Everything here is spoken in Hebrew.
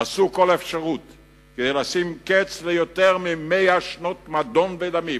נסו כל אפשרות כדי לשים קץ ליותר מ-100 שנות מדון ודמים.